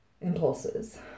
impulses